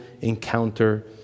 encounter